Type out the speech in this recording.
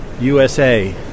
USA